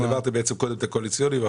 העברתם קודם את הקואליציוני.